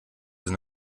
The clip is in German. sind